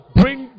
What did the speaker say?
bring